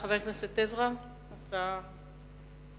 חבר הכנסת עזרא, הצעה אחרת.